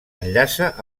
enllaça